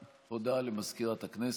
הכנסת, בבקשה.